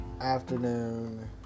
afternoon